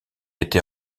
été